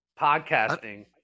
podcasting